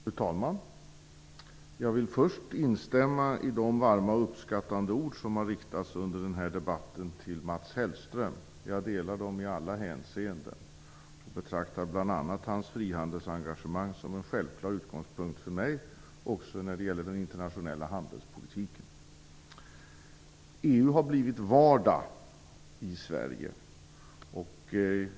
Fru talman! Jag vill först instämma i de varma och uppskattande ord som under debatten har riktats till Mats Hellström. Jag instämmer i dem i alla hänseenden och betraktar bl.a. Mats Hellströms frihandelsengagemang som en självklar utgångspunkt för mig också när det gäller den internationella handelspolitiken. EU har blivit vardag i Sverige.